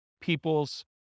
people's